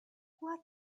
what